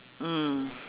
mm